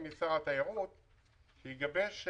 שזה הנושא של הוראת השעה,